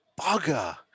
bugger